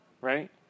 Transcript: right